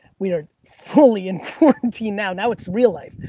we are fully in quarantine now. now it's real life,